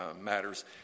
matters